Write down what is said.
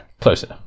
Closer